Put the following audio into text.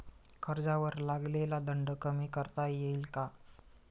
कर्जावर लागलेला दंड कमी करता येईल का?